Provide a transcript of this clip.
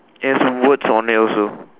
has words on it also